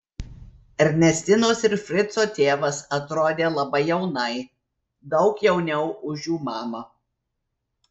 ernestinos ir frico tėvas atrodė labai jaunai daug jauniau už jų mamą